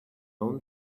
own